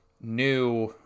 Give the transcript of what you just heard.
new